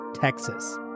Texas